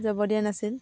যাব দিয়া আছিল